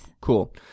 Cool